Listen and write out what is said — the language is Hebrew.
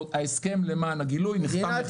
ההסכם, למען הגילוי, נחתם לחצי שנה.